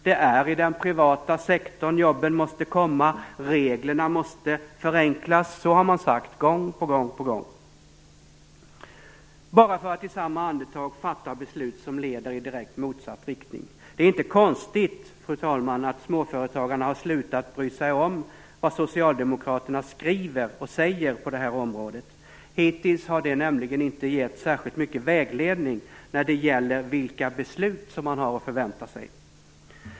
Det är i den privata sektorn jobben måste komma. Reglerna måste förenklas. Så har man sagt, gång på gång, bara för att i samma andetag fatta beslut som leder i direkt motsatt riktning. Det är inte konstigt, fru talman, att småföretagarna har slutat att bry sig om vad socialdemokraterna skriver och säger på det här området. Hittills har det nämligen inte gett särskilt mycket vägledning när det gäller vilka beslut som man har att förvänta sig.